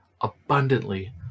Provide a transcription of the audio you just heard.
abundantly